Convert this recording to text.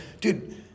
Dude